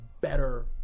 better